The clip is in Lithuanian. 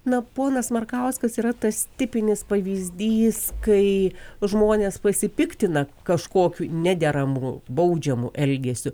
na ponas markauskas yra tas tipinis pavyzdys kai žmonės pasipiktina kažkokiu nederamu baudžiamu elgesiu